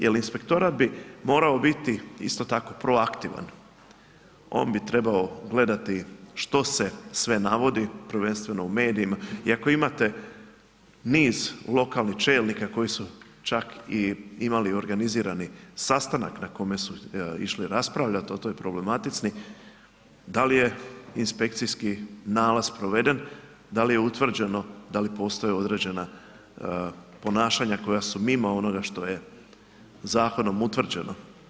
Jel inspektorat bi morao biti isto tako proaktivan, on bi trebao gledati što se sve navodi, prvenstveno u medijima i ako imate niz lokalnih čelnika koji su čak i imali organizirani sastanak na kome su išli raspravljat o toj problematici, dal je inspekcijski nalaz proveden, dal je utvrđeno da li postoje određena ponašanja koja su mimo onoga što je zakonom utvrđeno.